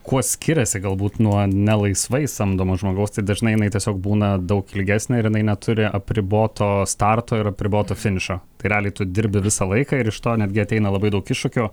kuo skiriasi galbūt nuo ne laisvai samdomo žmogaus tai dažnai jinai tiesiog būna daug ilgesnė ir jinai neturi apriboto starto ir apriboto finišo tai realiai tu dirbi visą laiką ir iš to netgi ateina labai daug iššūkių